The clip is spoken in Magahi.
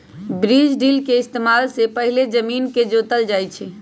बीज ड्रिल के इस्तेमाल से पहिले जमीन के जोतल जाई छई